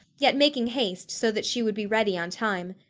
yet making haste, so that she would be ready on time.